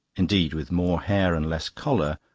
indeed, with more hair and less collar,